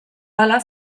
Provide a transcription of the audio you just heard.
hala